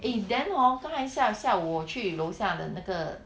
eh then hor 刚才下下午我去楼下的那个